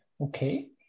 Okay